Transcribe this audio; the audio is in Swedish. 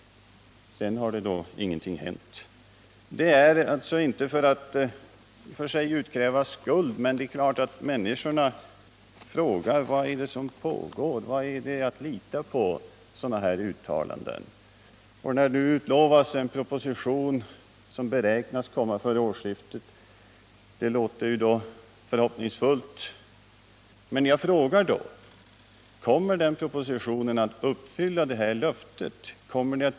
Sedan dess har emellertid ingenting hänt. Jag är inte ute efter att utkräva skuld, men människorna frågar givetvis vad som pågår och hur mycket de kan lita på sådana här uttalanden. När det nu utlovas en proposition som beräknas komma före årsskiftet frågar jag: Kommer propositionen att uppfylla detta löfte?